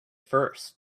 first